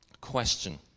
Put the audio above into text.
Question